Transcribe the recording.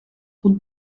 route